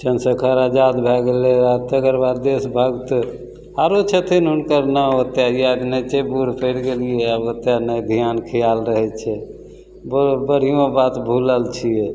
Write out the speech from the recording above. चन्द्रशेखर आजाद भै गेलै आब तकर बाद देशभक्त आओर छथिन हुनकर नाम ओतेक याद नहि छै बूढ़ पड़ि गेलिए आब ओतेक नहि धिआन खिआल रहै छै बोलै बढ़िआँ बात भुलल छिअऽ